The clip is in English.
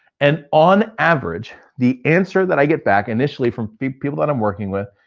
and on average, the answer that i get back initially from people that i'm working with,